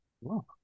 Wow